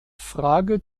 frage